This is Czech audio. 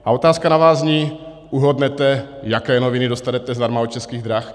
A otázka na vás zní: Uhodnete, jaké noviny dostanete zdarma od Českých drah?